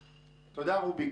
תודה, רוביק.